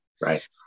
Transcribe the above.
Right